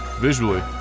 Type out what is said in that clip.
Visually